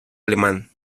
alemán